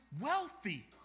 wealthy